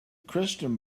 christian